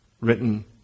written